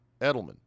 Edelman